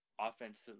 offensive